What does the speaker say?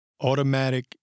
automatic